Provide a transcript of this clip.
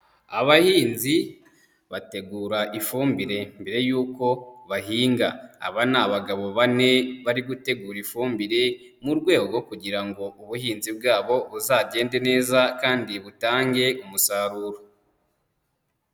Abahinzi bategura ifumbire mbere yuko bahinga. Aba ni abagabo bane, bari gutegura ifumbire, mu rwego kugira ngo ubuhinzi bwabo buzagende neza kandi butange umusaruro.